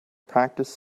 practice